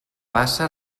bassa